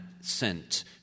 sent